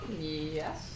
Yes